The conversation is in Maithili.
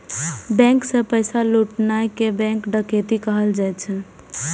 बैंक सं पैसा लुटनाय कें बैंक डकैती कहल जाइ छै